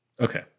Okay